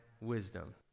wisdom